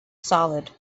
solid